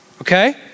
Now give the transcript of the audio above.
okay